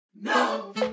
No